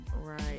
Right